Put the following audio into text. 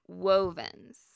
wovens